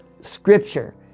scripture